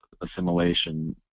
assimilation